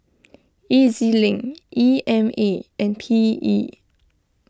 E Z Link E M A and P E